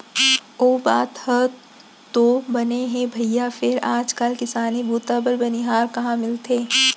ओ बात ह तो बने हे भइया फेर आज काल किसानी बूता बर बनिहार कहॉं मिलथे?